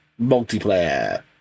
multiplayer